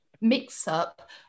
mix-up